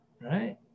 Right